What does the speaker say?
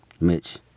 Mitch